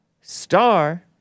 star